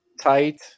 tight